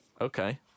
Okay